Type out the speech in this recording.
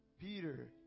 Peter